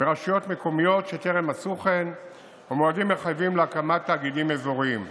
ברשויות מקומיות שטרם עשו כן ומועדים מחייבים להקמת תאגידים אזוריים.